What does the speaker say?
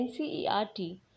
NCERT